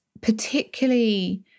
particularly